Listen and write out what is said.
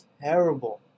terrible